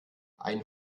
ein